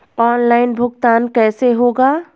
Online भुगतान कैसे होगा?